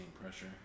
pressure